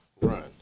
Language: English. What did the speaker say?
run